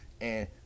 and-